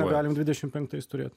negalim dvidešim penktais turėt